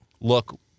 look